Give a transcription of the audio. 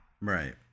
Right